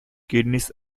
kidneys